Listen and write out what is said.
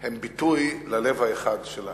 הם ביטוי ללב האחד של העם,